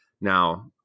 Now